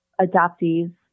adoptees